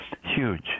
huge